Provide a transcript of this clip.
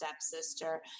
stepsister